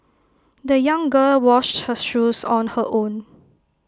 the young girl washed her shoes on her own